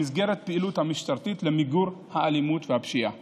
במסגרת הפעילות המשטרתית למיגור האלימות והפשיעה